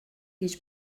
гэж